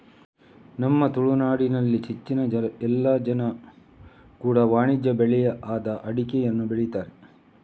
ನಮ್ಮ ತುಳುನಾಡಿನಲ್ಲಿ ಹೆಚ್ಚಿನ ಎಲ್ಲ ಜನ ಕೂಡಾ ವಾಣಿಜ್ಯ ಬೆಳೆ ಆದ ಅಡಿಕೆಯನ್ನ ಬೆಳೀತಾರೆ